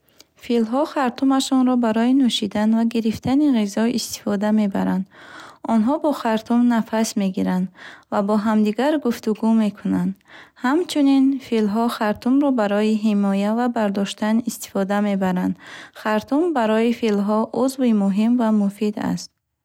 Филҳо хартумашонро барои нӯшидан ва гирифтани ғизо истифода мебаранд. Онҳо бо хартум нафас мегиранд ва бо ҳамдигар гуфтугӯ мекунанд. Ҳамчунин, филҳо хартумро барои ҳимоят ва бардоштан истифода мебаранд. Хартум барои филҳо узви муҳим ва муфид аст.